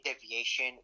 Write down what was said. deviation